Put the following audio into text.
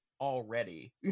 already